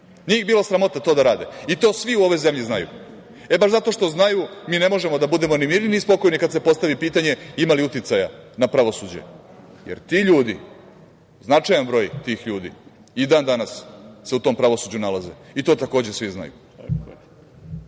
Nije ih bilo sramota to da rade. To svi u ovoj zemlji znaju. E, baš zato što znaju mi ne možemo da budemo ni mirni, ni spokojni kada se postavi pitanje ima li uticaja na pravosuđe, jer ti ljudi, značajan broj tih ljudi, i dan danas se u tom pravosuđu nalaze, i to takođe svi znaju. Kada